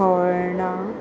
होर्णा